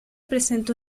presenta